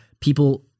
people